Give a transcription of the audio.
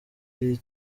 iri